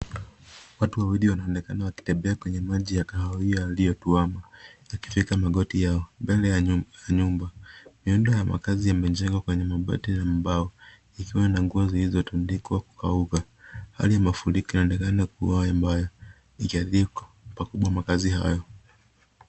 Watu wawili wanaoenekana wakitembea kwenye maji ya kahawia yaliyotwama ikifika magoti yao mbele ya nyumba. Miundo ya makaazi yamejengwa kwenye mabati na mbao ikiwa na nguo zilizotundikwa kukauka . Hali mafuriko yanaonekana kuwa mbaya ikiadhiri pakubwa makaazi haya.